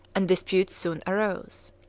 and disputes soon arose.